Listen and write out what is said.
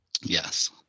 Yes